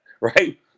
right